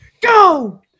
Go